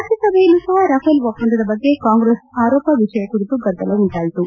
ರಾಜ್ಯಸಭೆಯಲ್ಲೂ ಸಹ ರಫೇಲ್ ಒಪ್ಪಂದದ ಬಗ್ಗೆ ಕಾಂಗ್ರೆಸ್ ಆರೋಪ ವಿಷಯ ಕುರಿತು ಗದ್ದಲ ಉಂಟಾಯಿತು